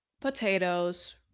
potatoes